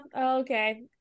Okay